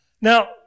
Now